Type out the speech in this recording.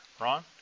Ron